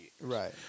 Right